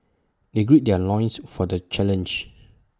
they gird their loins for the challenge